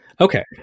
Okay